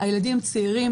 הילדים צעירים,